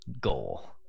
goal